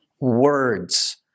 words